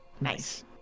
Nice